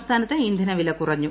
സംസ്ഥാനത്ത് ഇന്ധനവില കുറഞ്ഞു